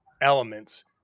elements